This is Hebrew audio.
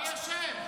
מי אשם?